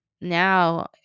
now